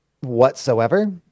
whatsoever